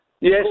Yes